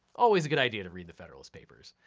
always a good idea to read the federalist papers.